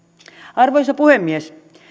arvoisa puhemies